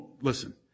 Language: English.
listen